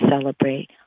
celebrate